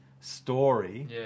story